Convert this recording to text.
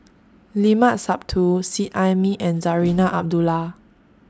Limat Sabtu Seet Ai Mee and Zarinah Abdullah